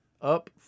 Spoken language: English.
up